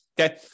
Okay